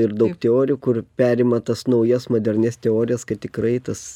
ir daug teorijų kur perima tas naujas modernias teorijas kad tikrai tas